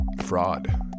fraud